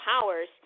powers